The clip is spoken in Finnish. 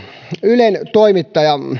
ylen toimittaja